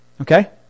Okay